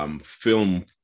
Film